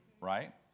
right